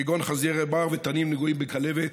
כגון חזירי בר ותנים נגועים בכלבת.